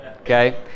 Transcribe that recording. okay